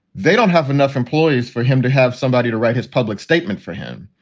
they don't have enough employees for him to have somebody to write his public statement for him.